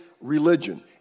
religion